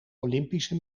olympische